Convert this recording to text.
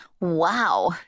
Wow